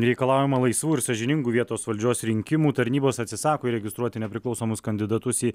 reikalaujama laisvų ir sąžiningų vietos valdžios rinkimų tarnybos atsisako įregistruoti nepriklausomus kandidatus į